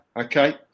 okay